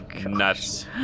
nuts